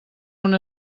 una